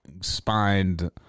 spined